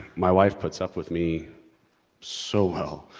my wife puts up with me so well!